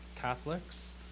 Catholics